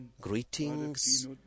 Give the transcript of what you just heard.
Greetings